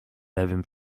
lewym